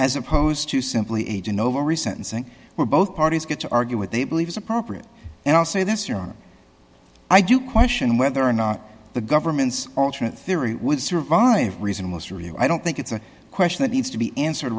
as opposed to simply age and over resentencing where both parties get to argue what they believe is appropriate and i'll say this your honor i do question whether or not the government's alternate theory would survive reasonless really i don't think it's a question that needs to be answered